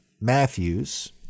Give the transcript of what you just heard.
Matthews